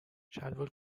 شلوار